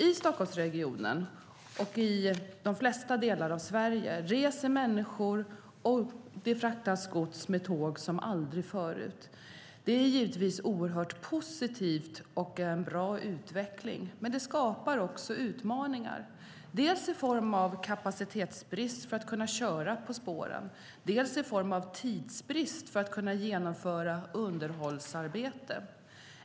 I Stockholmsregionen, och i de flesta delar av Sverige, reser människor och fraktas gods med tåg som aldrig förut. Detta är givetvis oerhört positivt och är en bra utveckling, men det skapar också utmaningar: dels i form av kapacitetsbrist för att kunna köra på spåren, dels i form av tidsbrist för att kunna genomföra underhållsarbete.